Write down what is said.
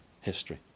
history